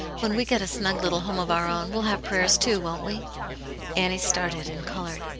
when we get a snug little home of our own, we'll have prayers, too, won't we annie started and coloured.